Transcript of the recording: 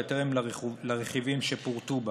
בהתאם לרכיבים שפורטו בה.